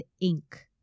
ink